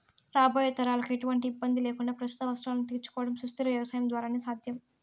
రాబోయే తరాలకు ఎటువంటి ఇబ్బంది లేకుండా ప్రస్తుత అవసరాలను తీర్చుకోవడం సుస్థిర వ్యవసాయం ద్వారానే సాధ్యం